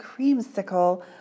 creamsicle